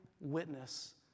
witness